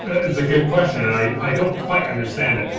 it's a good question. i i don't quite understand it.